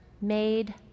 made